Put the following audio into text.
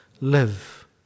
live